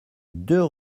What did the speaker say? deux